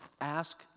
ask